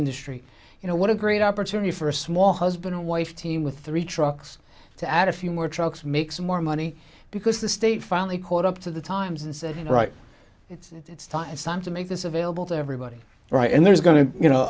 industry you know what a great opportunity for a small husband and wife team with three trucks to add a few more trucks makes more money because the state finally caught up to the times and said right it's time it's time to make this available to everybody right and there's going to be you know